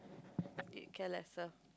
need care lesser